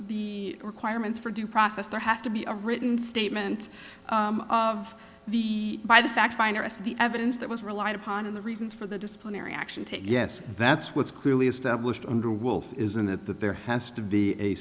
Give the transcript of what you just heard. the requirements for due process there has to be a written statement of the by the fact finder is the evidence that was relied upon of the reasons for the disciplinary action taken yes that's what's clearly established under wolf is in that there has to be a